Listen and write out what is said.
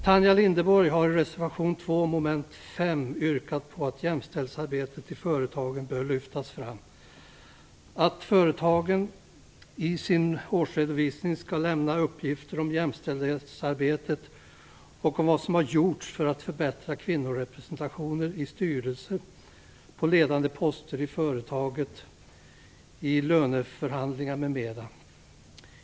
Tanja Linderborg har i reservation 2 avseende mom. 5 yrkat på att jämställdhetsarbetet i företagen bör lyftas fram, att företagen i sin årsredovisning skall lämna uppgifter om jämställdhetsarbetet, vad som har gjorts för att förbättra kvinnorepresentationen i styrelsen och på ledande poster i företaget samt löneförhandlingar, m.m.